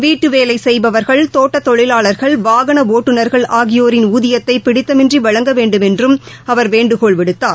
வீட்டுவேலைசெய்பவர்கள் தோட்டத்தொழிலாளர்கள் வாகனஒட்டுநர்கள் ஆகியோரிஊதியத்தைபிடித்தமின்றிவழங்க வேண்டுமென்றும் அவர் வேண்டுகோள் விடுத்தார்